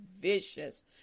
vicious